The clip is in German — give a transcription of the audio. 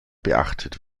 beachtet